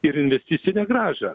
ir investicinę grąžą